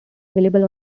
available